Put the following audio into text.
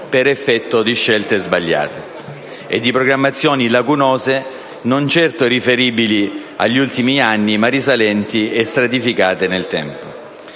per effetto di scelte sbagliate e di programmazioni lacunose, non certo riferibili agli ultimi anni, ma risalenti e stratificate nel tempo.